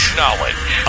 knowledge